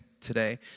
today